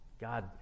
God